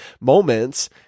moments